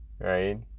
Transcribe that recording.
Right